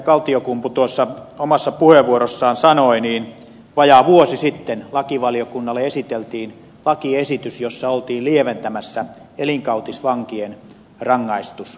kaltiokumpu tuossa omassa puheenvuorossaan sanoi vajaa vuosi sitten lakivaliokunnalle esiteltiin lakiesitys jossa oltiin lieventämässä elinkautisvankien rangaistusaikaa